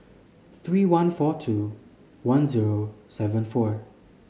three one four two one zero seven four